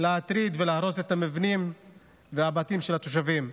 להטריד ולהרוס את המבנים ואת הבתים של התושבים.